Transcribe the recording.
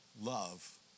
love